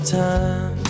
time